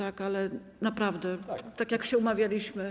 Ale naprawdę tak, jak się umawialiśmy.